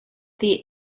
the